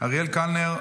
אריאל קלנר,